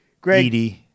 Great